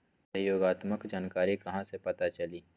सहयोगात्मक जानकारी कहा से पता चली?